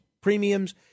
premiums